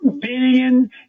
billion